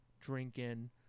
drinking